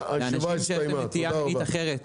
לאנשים שיש להם נטייה מינית אחרת.